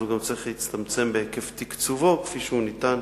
אז הוא צריך להצטמצם גם בהיקף תקציבו כפי שהוא ניתן